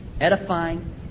edifying